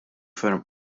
ferm